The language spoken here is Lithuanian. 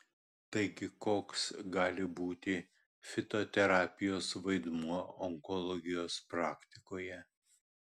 taigi koks gali būti fitoterapijos vaidmuo onkologijos praktikoje